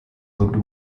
looked